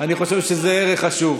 אני חושב שזה ערך חשוב.